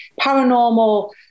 paranormal